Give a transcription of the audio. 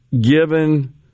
given